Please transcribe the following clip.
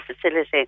facility